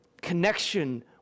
connection